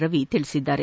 ರವಿ ತಿಳಿಸಿದ್ದಾರೆ